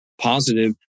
positive